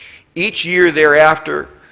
each year thereafter,